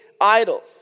idols